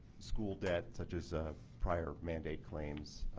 school debt such as ah prior mandate claims,